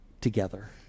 together